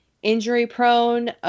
Injury-prone